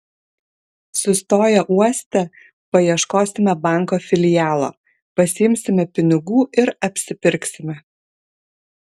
sustoję uoste paieškosime banko filialo pasiimsime pinigų ir apsipirksime